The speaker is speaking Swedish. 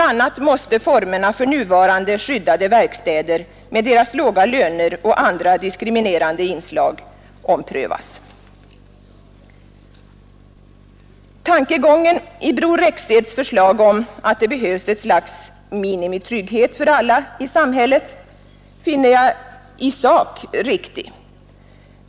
a. måste formerna för nuvarande skyddade verkstäder med deras låga löner och andra diskriminerande inslag omprövas. Tankegången i Bror Rexeds förslag om att det behövs ett slags minimitrygghet för alla i samhället finner jag i sak riktig.